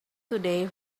today